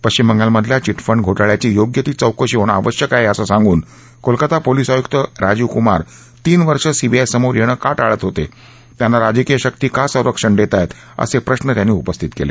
पश्विम बंगालमधल्या चिटफंड घोटाळ्याची योग्य ती चौकशी होणं आवश्यक आहे असं सांगून कोलकाता पोलीस आयुक्त राजीव कुमार तीन वर्ष सीबीआय समोर येणं का टाळत होते त्यांना राजकीय शक्ती का संरक्षण देतायत असे प्रश्न त्यांनी उपस्थित केले